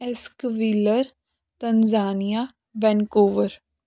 ਐਕਸੂਵੀਲਰ Tanzania Vancouver